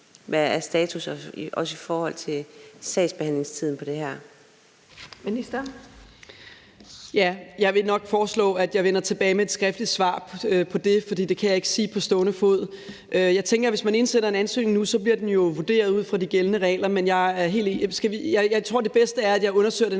formand (Birgitte Vind): Ministeren. Kl. 12:07 Social- og boligministeren (Sophie Hæstorp Andersen): Jeg vil nok foreslå, at jeg vender tilbage med et skriftligt svar på det, for det kan jeg ikke sige på stående fod. Jeg tænker, at hvis man indsender en ansøgning nu, bliver den jo vurderet ud fra de gældende regler. Men jeg tror, at det bedste er, at jeg undersøger det